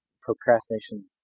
procrastination